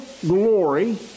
glory